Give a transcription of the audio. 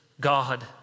God